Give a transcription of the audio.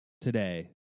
today